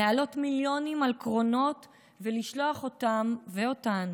להעלות מיליונים על קרונות ולשלוח אותם ואותן